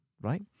Right